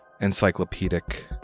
encyclopedic